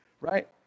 Right